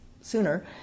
sooner